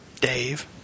Dave